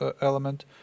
element